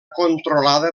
controlada